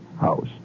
house